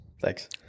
Thanks